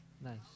Nice